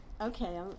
Okay